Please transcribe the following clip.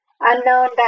unknown